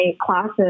classes